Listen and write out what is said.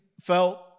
felt